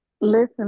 Listen